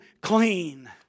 clean